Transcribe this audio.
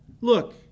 Look